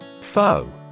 Foe